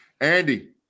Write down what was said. Andy